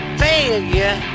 failure